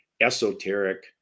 esoteric